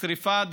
שרפה,